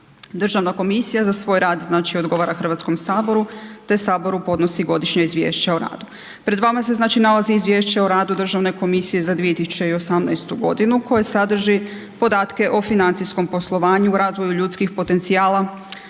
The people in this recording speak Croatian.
Državna komisija za svoj rad znači odgovara Hrvatskom saboru te saboru podnosi godišnje izvješće o radu. Pred vama se znači nalazi Izvješće o radu državne komisije za 2018. godinu koje sadrži podatke o financijskom poslovanju, razvoju ljudskih potencijala,